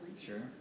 Sure